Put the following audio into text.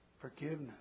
Forgiveness